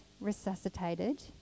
resuscitated